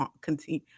continue